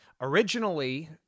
Originally